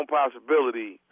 possibility